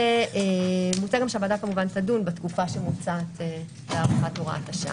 מוצע גם שהוועדה תדון בתקופה שמוצעת להארכת הוראת השעה.